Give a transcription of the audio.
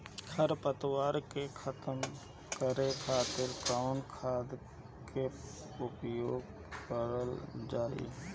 खर पतवार के खतम करे खातिर कवन खाद के उपयोग करल जाई?